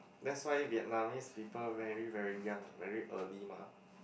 that's why Vietnamese people marry very young very early mah